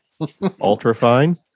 Ultrafine